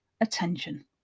attention